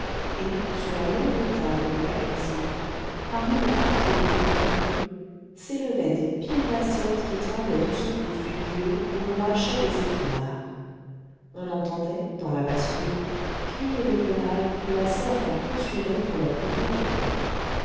et sur la longue table de la cuisine parmi les quartiers de mouton cru s'élevaient des piles d'assiettes qui tremblaient aux secousses du billot où l'on hachait des épinards on entendait dans la basse-cour crier les volailles que la servante poursuivait pour leur couper le cou